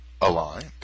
Aligned